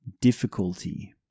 difficulty